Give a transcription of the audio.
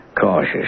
cautious